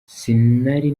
sinari